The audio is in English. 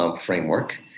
framework